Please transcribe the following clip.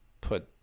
put